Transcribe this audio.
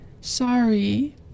Sorry